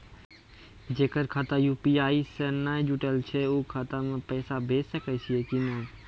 जेकर खाता यु.पी.आई से नैय जुटल छै उ खाता मे पैसा भेज सकै छियै कि नै?